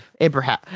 Abraham